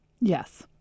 Yes